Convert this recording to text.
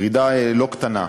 ירידה לא קטנה.